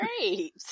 Great